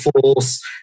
force